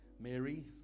Mary